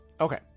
Okay